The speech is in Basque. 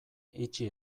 itxi